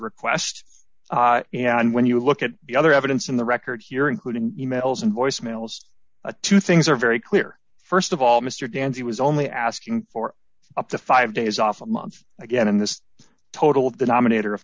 request and when you look at the other evidence in the record here including e mails and voice mails a two things are very clear st of all mr gans he was only asking for up to five days off a month again in this total of the nominator of